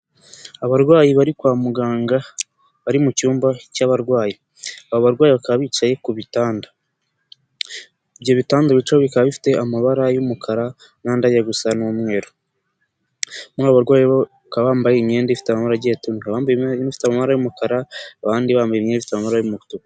Abarwayi bari kwa muganga bari mu cyumba cy'abarwayi ababa bicaye ku bitanda ibyo bitanda bicayeho bikaba bifite amabara y'umukara n'andi ajya gusa n'umweru muri aba barwayi bo hakaba abambaye imyenda igiye ifite amabara atandukanye, hari abambaye imyenda ifite amabara y'umukara abandi amabara y'umutuku.